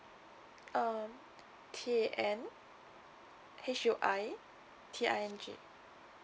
um T A N H U I T I N G